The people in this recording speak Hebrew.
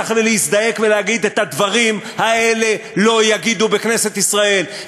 צריך להזדעק ולהגיד: את הדברים האלה לא יגידו בכנסת ישראל,